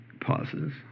pauses